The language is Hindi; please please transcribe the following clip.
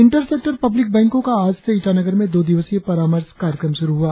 इंटर सेक्टर पब्लिक बैंकों का आज से ईटानगर में दो दिवसीय परामर्श कार्यक्रम शुरु हुआ